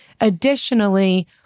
Additionally